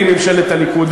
והיא ממשלת הליכוד.